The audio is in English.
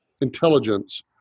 intelligence